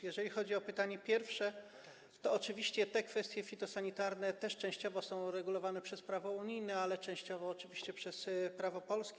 Jeżeli chodzi o pytanie pierwsze, to oczywiście te kwestie fitosanitarne też częściowo są uregulowane przez prawo unijne, ale częściowo oczywiście przez prawo polskie.